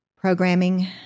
programming